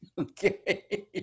Okay